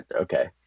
okay